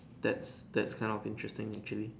that's that's kind of interesting actually